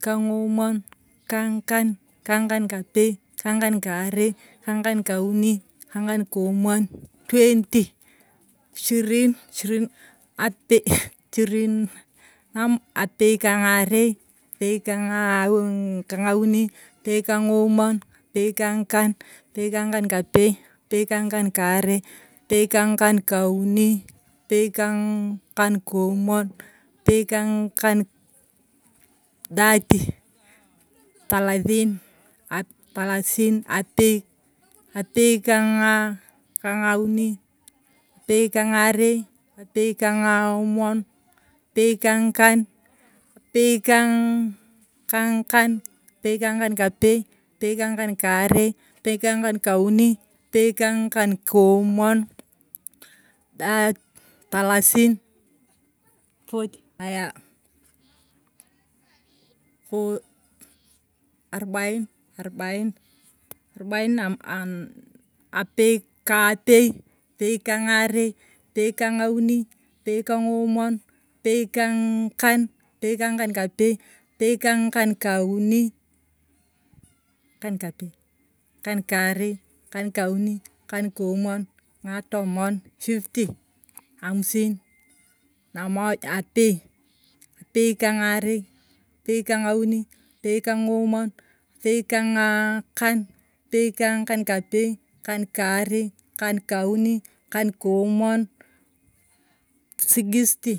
kang’umuon, kang’akan, kang’akankapei, kang’akan kaarei, kang’akan kauni, kang’aka koomuon, twenty, ishirin, apei, ishirinapei ka ng’arei, apei ka ang ka ng’auni, apei kang’omuon, apei ka ng’akan, apei kang’a kan kapei, ape ka ng’akan kaarei, apei kang’akan kauni, apei kang’akan koomuon, apei ka ng’akan, thirty, talathiin, talathin apei, apei ka ng’a ng’auni, apei ka ng’arei, apei ka ng’omuon, apei ka ng’akan, apei ka ang’akan, apei ka ng’akan kapei, apei ka ng’akan kaarei, apei ka ng’akan kauni, apei ka ng’akan koomuon talsini, poti aya po arubaini, arubaini aa apei ka apei, apei ka ng’aarer, apei ka ng’auni, apei ka ng’omuoni, apei ka ng’akan apei ka ng’akan kapei, apei ka ng’akan kauni, ng’akan kapei, ng’akan karei, ng’akan kauni, ng’akan koomuon, ng’atomon fifty, amsin, namoja, apei, apei kang’aaren, apei ka ng’auni, apei ka ng’omuon, apei kang’aa kan, apei ka ng’akan kapei, ng’akan karei, ng’akan kauni, ng’akan koomuoni, sixty.